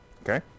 Okay